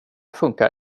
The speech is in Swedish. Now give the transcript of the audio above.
funkar